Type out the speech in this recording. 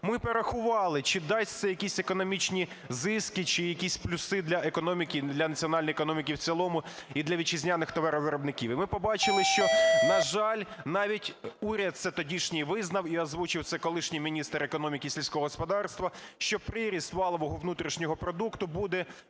Ми порахували, чи дасть це якісь економічні зиски чи якісь плюси для економіки, для національної економіки в цілому і для вітчизняних товаровиробників, і ми побачили, що, на жаль, навіть уряд це тодішній визнав, і озвучив це колишній міністр економіки і сільського господарства, що приріст валового внутрішнього продукту буде